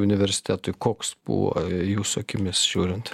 universitetui koks buvo jūsų akimis žiūrint